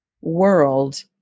world